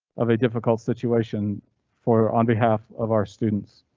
of a difficult situation for on behalf of our students.